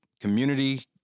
community